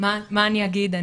מה אני אגיד?